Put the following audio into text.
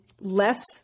less